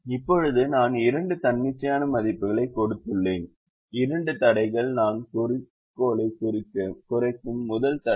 இப்போது நான் இரண்டு தன்னிச்சையான மதிப்புகளைக் கொடுத்துள்ளேன் இரண்டு தடைகள் நாம் குறிக்கோளைக் குறைக்கும் முதல் தடை